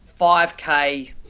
5k